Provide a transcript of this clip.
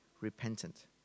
repentant